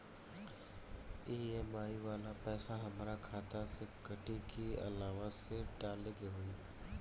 EMI वाला पैसा हाम्रा खाता से कटी की अलावा से डाले के होई?